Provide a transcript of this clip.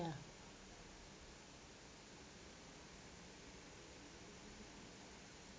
ya